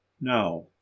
Now